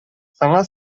саҥа